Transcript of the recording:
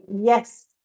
yes